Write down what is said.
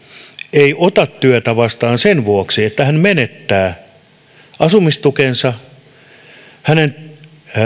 ei ota työtä vastaan sen vuoksi että hän menettää asumistukensa tai hänen